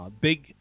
big –